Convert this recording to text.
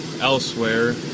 elsewhere